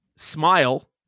smile